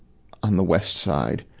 on the west side.